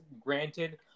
Granted